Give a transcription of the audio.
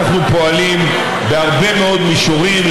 אנחנו פועלים בהרבה מאוד מישורים,